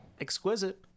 exquisite